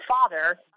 father